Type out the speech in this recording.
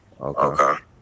Okay